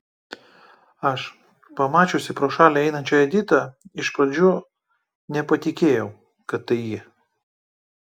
aš pamačiusi pro šalį einančią editą iš pradžių nepatikėjau kad tai ji